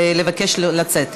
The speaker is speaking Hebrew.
לבקש לצאת.